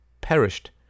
perished